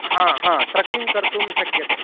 हा हा ट्रक्किङ्ग् कर्तुं शक्यते